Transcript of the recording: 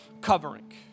covering